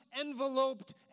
enveloped